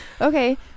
Okay